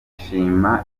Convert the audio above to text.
shima